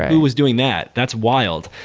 who was doing that? that's wild.